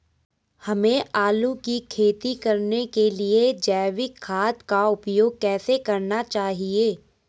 हमें आलू की खेती करने के लिए जैविक खाद का उपयोग कैसे करना चाहिए?